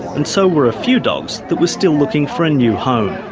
and so were a few dogs that were still looking for a new home.